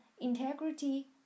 integrity